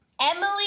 Emily